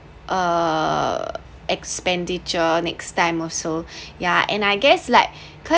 err expenditure next time also yeah and I guess like